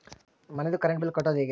ಮನಿದು current bill ಕಟ್ಟೊದು ಹೇಗೆ?